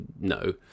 no